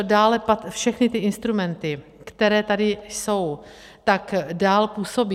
Dále všechny instrumenty, které tady jsou, tak dál působí.